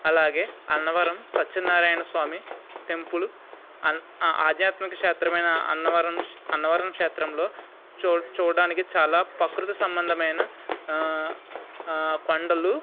అలాగే అన్నవరం సత్యనారాయణ స్వామి టెంపులు ఆధ్యాత్మిక క్షేత్రమైన అన్నవరం అన్నవరం క్షేత్రంలో చూ చూడడానికి చాలా ప్రకృతి సంబంధమైన కొండలు